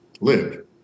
live